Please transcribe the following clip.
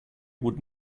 would